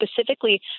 specifically